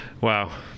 Wow